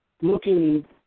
looking